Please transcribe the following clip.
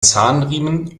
zahnriemen